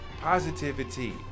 Positivity